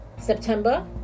september